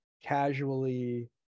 casually